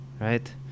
right